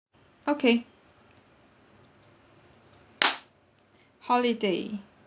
okay holiday